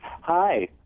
Hi